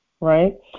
right